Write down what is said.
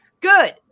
good